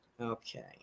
Okay